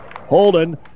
Holden